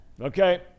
Okay